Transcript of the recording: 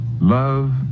Love